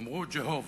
אמרו "Jehovah".